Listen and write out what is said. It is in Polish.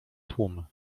tłum